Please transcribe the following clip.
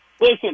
Listen